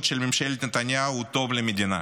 של ממשלת נתניהו הוא טוב למדינה,